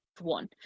one